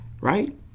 right